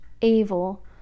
evil